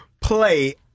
play